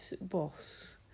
boss